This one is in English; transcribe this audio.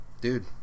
Dude